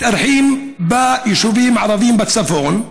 מתארחים ביישובים ערביים בצפון,